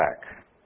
back